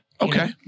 Okay